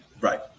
right